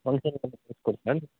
ಫಂಕ್ಷನಿಗೆ ಅಂದರೆ ಕಳ್ಸಿ ಕೊಡ್ತೀರಾ ನೀವು